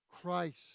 Christ